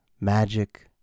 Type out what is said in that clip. Magic